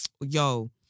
Yo